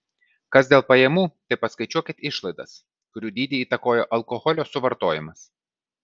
kas dėl pajamų tai paskaičiuokit išlaidas kurių dydį įtakoja alkoholio suvartojimas